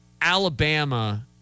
Alabama